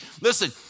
Listen